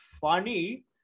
funny